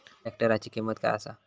ट्रॅक्टराची किंमत काय आसा?